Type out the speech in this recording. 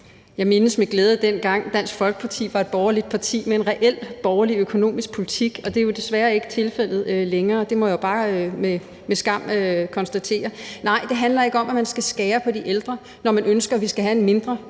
Jeg mindes med glæde, dengang Dansk Folkeparti var et borgerligt parti med en reel borgerlig økonomisk politik. Det er jo desværre ikke tilfældet længere. Det må jeg bare med skam konstatere. Nej, det handler ikke om, at man skal skære ned i forhold til de ældre, når vi ønsker, at der skal være en mindre